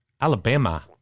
Alabama